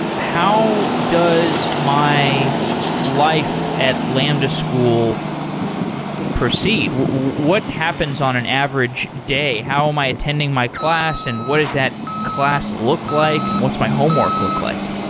how does my life at lambda school proceed? what what happens on an average day? how am i attending my class and what is that class look like and what's my homework look like?